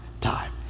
time